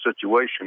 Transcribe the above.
situation